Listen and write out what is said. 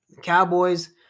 Cowboys